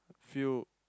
fuel